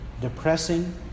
depressing